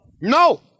no